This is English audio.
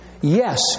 yes